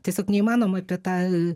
tiesiog neįmanoma apie tą